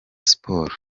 sports